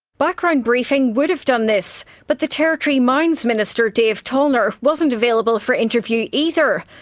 background briefing would have done this but the territory's mines minister dave tollner wasn't available for interview either.